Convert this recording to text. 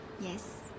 yes